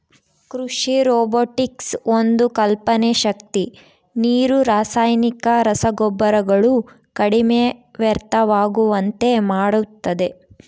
ಕೃಷಿ ರೊಬೊಟಿಕ್ಸ್ ಒಂದು ಕಲ್ಪನೆ ಶಕ್ತಿ ನೀರು ರಾಸಾಯನಿಕ ರಸಗೊಬ್ಬರಗಳು ಕಡಿಮೆ ವ್ಯರ್ಥವಾಗುವಂತೆ ಮಾಡುತ್ತದೆ